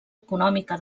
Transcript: econòmica